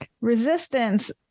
resistance